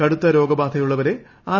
കടുത്ത രോഗബാധയുള്ളവരെ ആർ